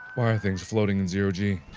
why are things floating in zero g